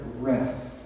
rest